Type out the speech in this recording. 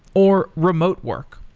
or remote work.